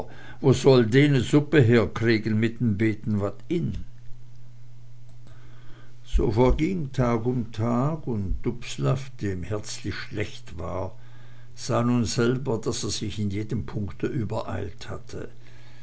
wo salln de ne supp herkregen mit en beten wat in so verging tag um tag und dubslav dem herzlich schlecht war sah nun selber daß er sich in jedem punkt übereilt hatte